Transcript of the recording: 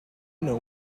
know